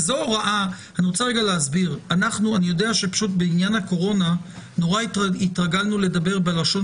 אני יודע שבעניין הקורונה התרגלנו לדבר בלשון